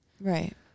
right